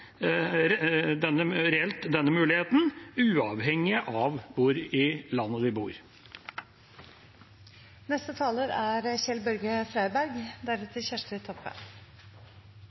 reelt denne muligheten uavhengig av hvor i landet